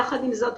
יחד עם זאת,